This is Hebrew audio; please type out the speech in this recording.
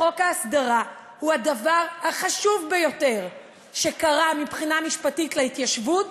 חוק ההסדרה הוא הדבר החשוב ביותר שקרה מבחינה משפטית להתיישבות